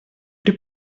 при